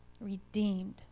redeemed